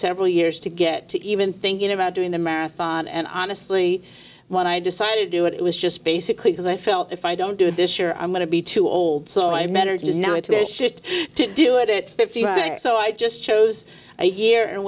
several years to get to even thinking about doing the marathon and honestly when i decided to do it it was just basically because i felt if i don't do this year i'm going to be too old so i men are just now into a shift to do it at fifty so i just chose a year